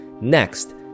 Next